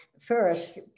First